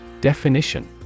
Definition